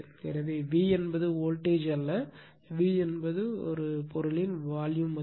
எனவே V என்பது voltage அல்ல V என்பது பொருளின் வால்யூம் மதிப்பு